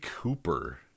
Cooper